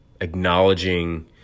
acknowledging